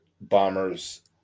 Bombers